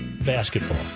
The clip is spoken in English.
basketball